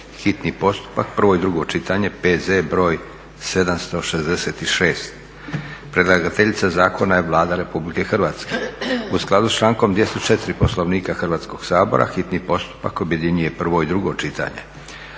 hitni postupak, prvo i drugo čitanje, P.Z. br. 766 Predlagateljica zakona je Vlada RH. U skladu s člankom 204. Poslovnika Hrvatskog sabora, hitni postupak objedinjuje prvo i drugo čitanje.